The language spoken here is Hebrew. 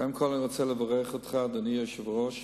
קודם כול אני רוצה לברך אותך, אדוני היושב-ראש.